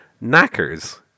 knackers